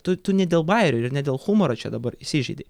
tu tu ne dėl bajerio ir ne dėl humoro čia dabar įsižeidi